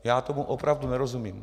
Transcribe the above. Já tomu opravdu nerozumím.